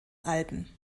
alben